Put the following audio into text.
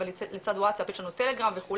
אבל לצד ווצאפ יש לנו את טלגרם וכו'